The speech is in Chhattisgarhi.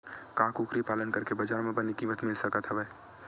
का कुकरी पालन करके बजार म बने किमत मिल सकत हवय?